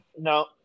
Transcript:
no